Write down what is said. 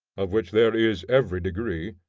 of which there is every degree,